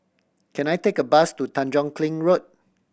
can I take a bus to Tanjong Kling Road